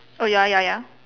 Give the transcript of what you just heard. oh ya ya ya